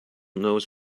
nose